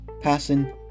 passing